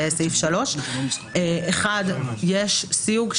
האחת זה הסיוג,